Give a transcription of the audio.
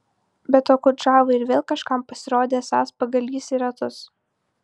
bet okudžava ir vėl kažkam pasirodė esąs pagalys į ratus